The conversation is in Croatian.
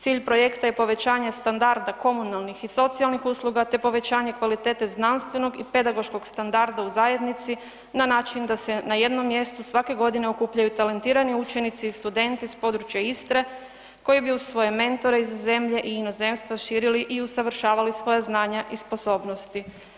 Cilj projekta je povećanje standarda komunalnih i socijalnih usluga te povećanje kvalitete znanstvenog i pedagoškog standarda u zajednici na način da se na jednom mjestu svake godine okupljaju talentirani učenici i studenti s područja Istre koji bi uz svoje mentore iz zemlje i inozemstva širili i usavršavali svoja znanja i sposobnosti.